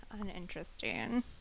uninteresting